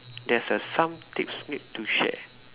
there's a some tips need to share